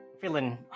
feeling